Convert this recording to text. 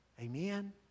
Amen